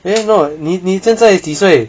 the not 你现在几岁